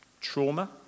Trauma